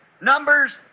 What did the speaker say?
numbers